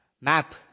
map